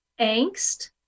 angst